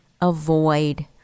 avoid